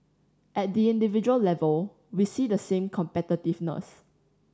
at the individual level we see the same competitiveness